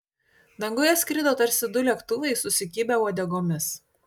danguje skrido tarsi du lėktuvai susikibę uodegomis